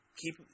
keep